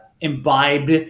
imbibed